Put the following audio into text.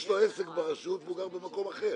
יש לו עסק ברשות והוא גר במקום אחר.